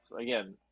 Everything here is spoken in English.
Again